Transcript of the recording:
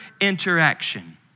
interaction